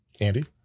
Andy